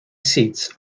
seats